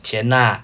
钱啊